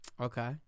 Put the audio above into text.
Okay